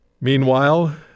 Meanwhile